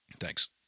Thanks